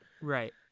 Right